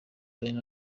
danny